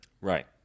Right